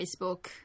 Facebook